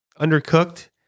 undercooked